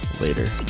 later